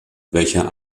welcher